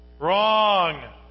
Wrong